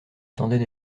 tendaient